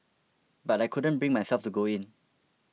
but I couldn't bring myself to go in